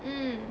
mm